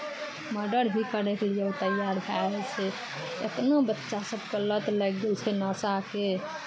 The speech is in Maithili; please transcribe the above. मर्डर भी करयके लिए ओ तैयार भए जाइ छै एतनो बच्चा सभकेँ लत लागि गेल छै नशाके